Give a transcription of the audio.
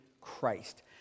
Christ